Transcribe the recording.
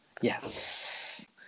Yes